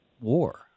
war